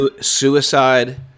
suicide